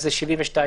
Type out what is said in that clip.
זה 72 שעות.